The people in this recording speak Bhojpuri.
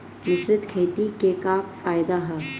मिश्रित खेती क का फायदा ह?